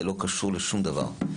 זה לא קשור לשום דבר.